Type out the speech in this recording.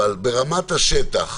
אבל ברמת השטח